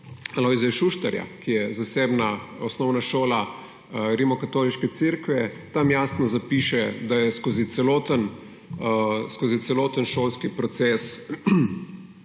Alojzija Šuštarja, ki je zasebna osnovna šola Rimskokatoliške cerkve, tam jasno piše, da je skozi celoten šolski proces